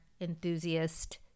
enthusiast